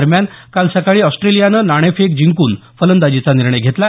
दरम्यान काल सकाळी ऑस्ट्रेलियानं नाणेफेक जिंकून फलंदाजीचा निर्णय घेतला